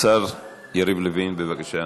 השר יריב לוין, בבקשה.